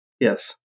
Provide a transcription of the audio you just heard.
Yes